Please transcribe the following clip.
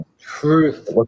Truth